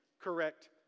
correct